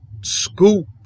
scoop